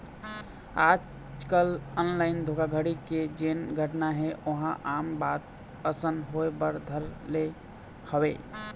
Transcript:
आजकल ऑनलाइन धोखाघड़ी के जेन घटना हे ओहा आम बात असन होय बर धर ले हवय